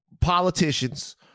politicians